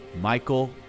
Michael